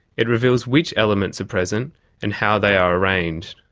it reveals which elements are present and how they are arranged.